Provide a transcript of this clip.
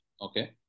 Okay